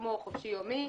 כמו בחופשי יומי,